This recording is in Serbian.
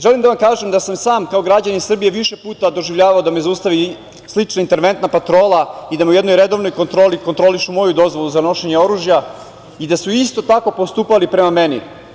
Želim da vam kažem da sam sam kao građanin Srbije više puta doživljavao da me zaustavi slična interventna patrola i da u jednoj redovnoj kontroli kontrolišu moju dozvolu za nošenje oružja i da su isto tako postupali prema meni.